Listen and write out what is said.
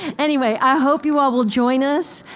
anyway, i hope you all will join us.